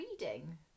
reading